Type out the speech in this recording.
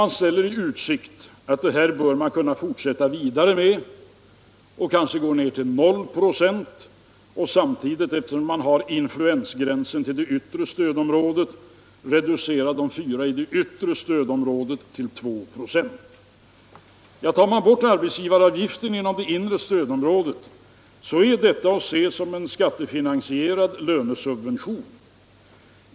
Man ställer också i utsikt att man bör kunna gå vidare på samma väg, kanske ned till 0 92, och även med tanke på influensen härav i gränsområdet mellan det inre och det yttre stödområdet reducera procentsatsen i det yttre stödområdet från 4 till 2 96. Ja, tar man bort arbetsgivaravgiften i det inre stödområdet, är detta att se som en skattefinansierad lönesubvention.